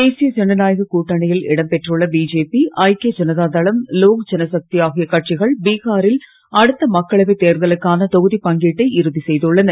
தேசிய ஜனநாயக கூட்டணியில் இடம்பெற்றுள்ள பிஜேபி ஐக்கிய ஜனதாதளம் லோக் ஜனசக்தி ஆகிய கட்சிகள் பிஹாரில் அடுத்த மக்களவை தேர்தலுக்கான தொகுதி பங்கீட்டை இறுதி செய்துள்ளன